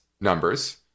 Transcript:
numbers